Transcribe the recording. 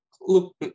Look